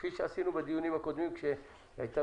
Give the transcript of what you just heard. כפי שעשינו בדיונים הקודמים כשהייתה